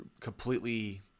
completely